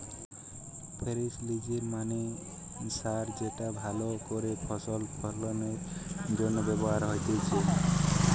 ফেস্টিলিজের মানে সার যেটা ভালো করে ফসল ফলনের জন্য ব্যবহার হতিছে